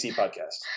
podcast